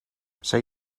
say